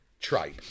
Try